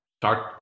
start